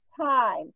time